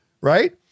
right